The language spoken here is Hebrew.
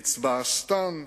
קצבאסטן?"